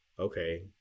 okay